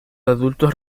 adultos